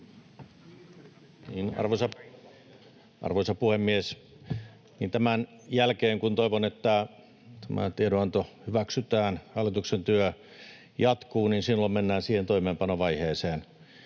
Arvoisa puhemies! Tämän jälkeen, kun toivon, että tämä tiedonanto hyväksytään ja hallituksen työ jatkuu, mennään siihen toimeenpanovaiheeseen.